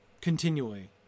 continually